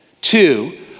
Two